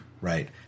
Right